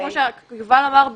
כמו שיובל אמר,